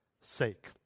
sake